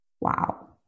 Wow